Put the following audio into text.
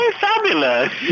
Fabulous